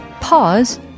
Pause